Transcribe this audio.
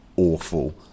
awful